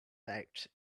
doubt